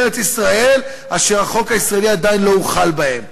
ארץ-ישראל אשר החוק הישראלי עדיין לא הוחל בהם".